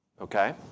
Okay